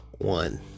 One